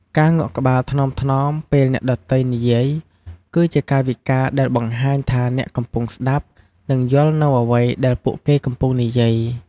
ការងក់ក្បាលថ្នមៗពេលអ្នកដទៃនិយាយ គឺជាកាយវិការដែលបង្ហាញថាអ្នកកំពុងស្តាប់ និងយល់នូវអ្វីដែលពួកគេកំពុងនិយាយ។